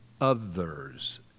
others